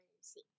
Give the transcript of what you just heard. see